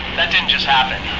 that didn't just happen.